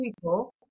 people